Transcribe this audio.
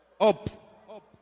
up